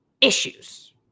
issues